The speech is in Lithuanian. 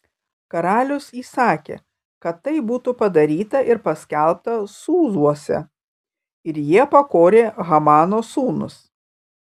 karalius įsakė kad tai būtų padaryta ir paskelbta sūzuose ir jie pakorė hamano sūnus